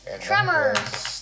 tremors